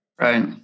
Right